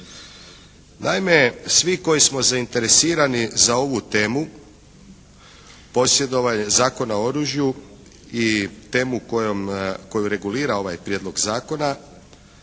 Naime, svi koji smo zainteresirani za ovu temu posjedovanje, Zakona o oružju i temu koju regulira ovaj prijedlog zakona